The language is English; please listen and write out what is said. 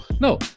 no